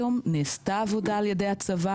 נעשתה עבודה על ידי הצבא,